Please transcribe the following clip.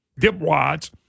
dipwads